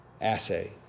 Assay